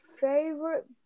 favorite